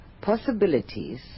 possibilities